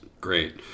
great